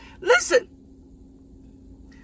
Listen